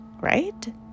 Right